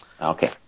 Okay